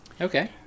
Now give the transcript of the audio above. okay